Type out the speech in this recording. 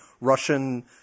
Russian